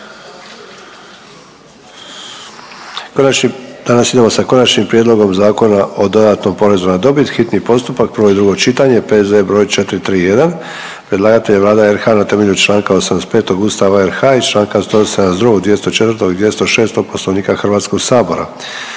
na dobit, s konačnim prijedlogom zakona, hitni postupak, prvo i drugo čitanje, P.Z.E. br. 431; Predlagatelj je Vlada na temelju čl. 85. Ustava RH i čl. 172., 204., i 206. Poslovnika Hrvatskoga sabora.